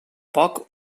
poc